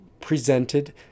presented